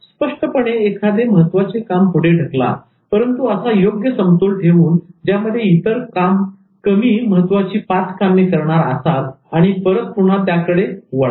स्पष्टपणे एखादे महत्त्वाचे काम पुढे ढकला परंतु असा योग्य समतोल ठेवून ज्यामध्ये इतर कमी महत्त्वाची पाच कामे करणार असाल आणि परत पुन्हा त्याकडे वळा